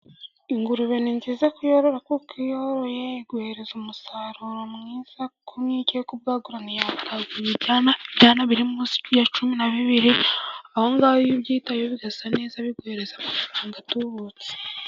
Ingurube ni nziza kuyorora kuko iyo uyoroye iguhereza umusaruro mwiza, kukwiyo igiye kubwabura ibwagura ibyana birimusi ya cumi na bibiri aho ngaho iyo ubyitayeho bigasa neza biguhereza amafaranga atubutse.